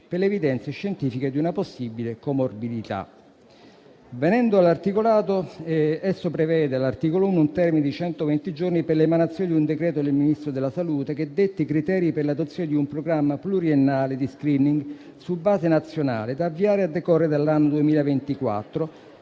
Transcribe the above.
per le evidenze scientifiche di una possibile comorbilità. Venendo all'articolato, esso prevede all'articolo 1 un termine di centoventi giorni per l'emanazione di un decreto del Ministro della salute che detti criteri per l'adozione di un programma pluriennale di *screening* su base nazionale da avviare a decorrere dall'anno 2024